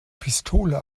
pistole